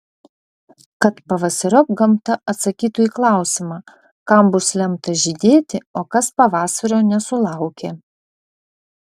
kad pavasariop gamta atsakytų į klausimą kam bus lemta žydėti o kas pavasario nesulaukė